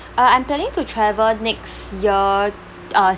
uh I'm planning to travel next year uh